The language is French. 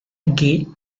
gué